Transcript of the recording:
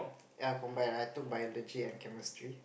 ya combine I took biology at chemistry